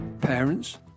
Parents